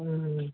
उम उम